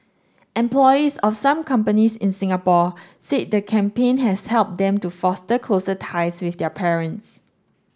employees of some companies in Singapore said the campaign has helped them to foster closer ties with their parents